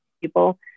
people